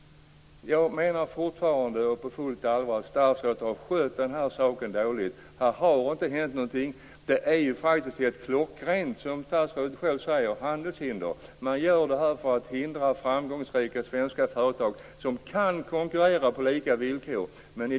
Jag menar fortfarande och på fullt allvar att statsrådet har skött den här saken dåligt. Här har inte hänt någonting. Det är faktiskt ett klockrent handelshinder, vilket statsrådet själv säger. Man gör det här för att hindra framgångsrika svenska företag som kan konkurrera på lika villkor.